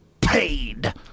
paid